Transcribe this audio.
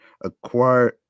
acquired